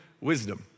wisdom